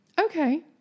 Okay